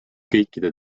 kõikide